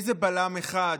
איזה בלם אחד,